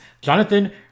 Jonathan